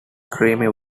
creamy